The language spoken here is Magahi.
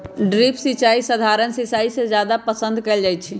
ड्रिप सिंचाई सधारण सिंचाई से जादे पसंद कएल जाई छई